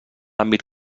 àmbit